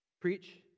preach